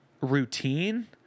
routine